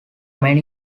many